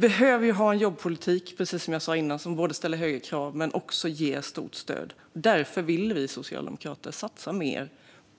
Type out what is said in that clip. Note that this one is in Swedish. Precis som jag sa tidigare behöver vi en jobbpolitik som både ställer högre krav och ger ett stort stöd. Därför vill vi socialdemokrater satsa mer